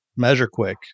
MeasureQuick